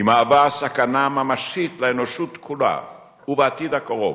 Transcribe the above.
היא מהווה סכנה ממשית לאנושות כולה, ובעתיד הקרוב.